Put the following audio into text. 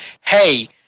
hey